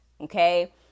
okay